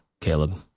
Caleb